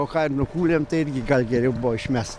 o ką ir nukūlėm tai irgi gal geriau buvo išmest